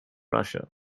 russia